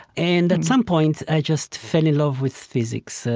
and at some point, i just fell in love with physics, ah